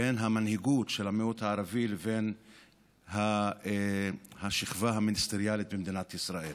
בין המנהיגות של המיעוט הערבי לבין השכבה המיניסטריאלית במדינת ישראל.